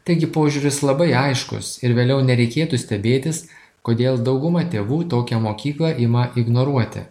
taigi požiūris labai aiškus ir vėliau nereikėtų stebėtis kodėl dauguma tėvų tokią mokyklą ima ignoruoti